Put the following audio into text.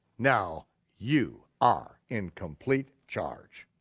now you are in complete charge.